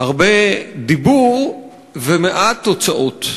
הרבה דיבור ומעט תוצאות.